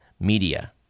media